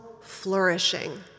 flourishing